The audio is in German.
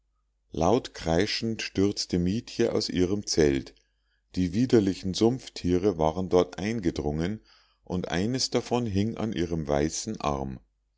laut kreischend stürzte mietje aus ihrem zelt die widerlichen sumpftiere waren dort eingedrungen und eines davon hing an ihrem weißen arm